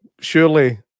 surely